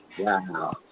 Wow